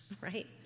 right